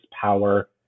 power